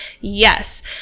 Yes